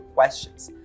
Questions